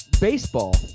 baseball